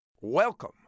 Welcome